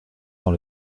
dans